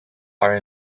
are